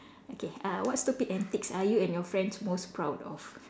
okay uh what stupid antics are you and your friends most proud of